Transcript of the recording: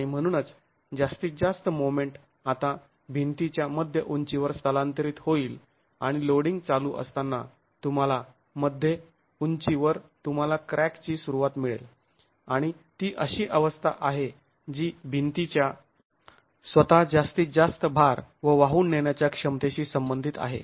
आणि म्हणूनच जास्तीत जास्त मोमेंट आता भिंतीच्या मध्य उंचीवर स्थलांतरित होईल आणि लोडिंग चालू असताना तुम्हाला मध्ये उंचीवर तुम्हाला क्रॅकची सुरुवात मिळेल आणि ती अशी अवस्था आहे जी भिंतीच्या स्वतः जास्तीत जास्त भार व वाहून नेण्याच्या क्षमतेशी संबंधित आहे